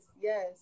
yes